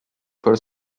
for